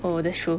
oh that's true